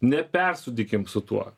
nepersūdykim su tuo